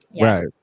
right